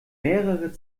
mehrere